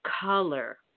color